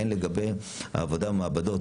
והן לגבי העבודה במעבדות,